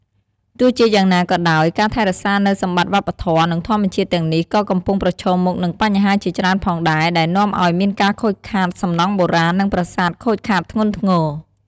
ទោះជាយ៉ាងណាក៏ដោយ ការថែរក្សានូវសម្បត្តិវប្បធម៌ និងធម្មជាតិទាំងនេះក៏កំពុងប្រឈមមុខនឹងបញ្ហាជាច្រើនផងដែរ ដែលនាំអោយមានការខូចខាតសំណង់បុរាណ និងប្រាសាទខូចខាតធ្ងន់ធ្ងរ។